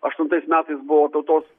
aštuntais metais buvo tautos